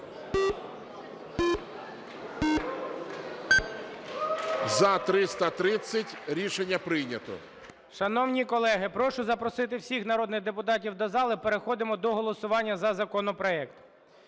За-330 Рішення прийнято. 19:16:41 ГОЛОВУЮЧИЙ. Шановні колеги, прошу запросити всіх народних депутатів до зали. Переходимо до голосування за законопроект.